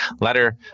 letter